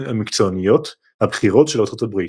המקצועניות הבכירות של ארצות הברית.